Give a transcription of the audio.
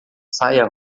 saia